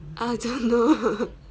I don't know